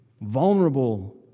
vulnerable